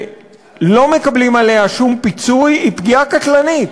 שהם לא מקבלים עליה שום פיצוי, היא פגיעה קטלנית.